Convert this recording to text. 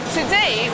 Today